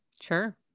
Sure